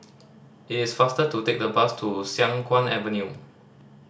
it is faster to take the bus to Siang Kuang Avenue